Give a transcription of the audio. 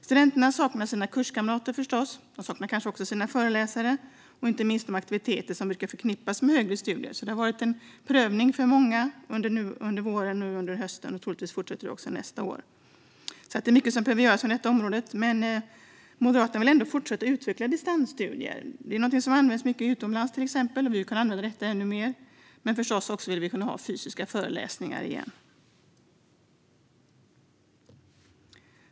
Studenterna saknar förstås sina kurskamrater, kanske också sina föreläsare och inte minst de aktiviteter som brukar förknippas med högre studier. Det har varit en prövning för många under våren och hösten, och troligtvis fortsätter den även nästa år. Det är alltså mycket som behöver göras på området. Moderaterna vill ändå fortsätta att utveckla distansstudier. Det är någonting som används mycket utomlands, till exempel, och vi vill kunna använda det ännu mer. Naturligtvis vill vi dock också kunna ha fysiska föreläsningar igen.